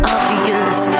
Obvious